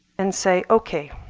and say, ok,